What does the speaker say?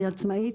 אני עצמאית,